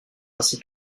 ainsi